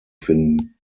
finden